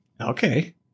Okay